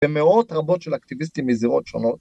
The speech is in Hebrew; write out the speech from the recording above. ‫במאות רבות של אקטיביסטים מזירות שונות.